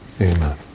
amen